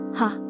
ha